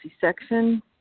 section